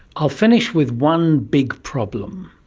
i'll finish with one big problem.